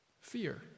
Fear